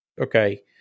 okay